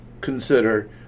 consider